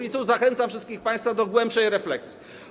I tu zachęcam wszystkich państwa do głębszej refleksji.